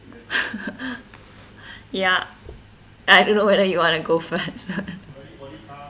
ya I don't know whether you want to go first